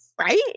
right